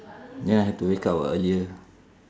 then I have to wake up ah earlier